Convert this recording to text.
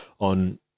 on